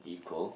equal